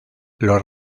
los